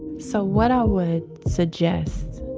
so what i would suggest,